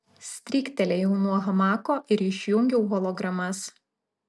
stryktelėjau nuo hamako ir išjungiau hologramas